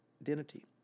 identity